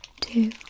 two